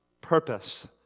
purpose